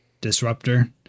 disruptor